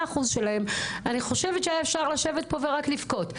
אחוזים שלהם היה רק אפשר לשבת פה לבכות.